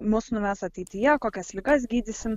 mus nuves ateityje kokias ligas gydysim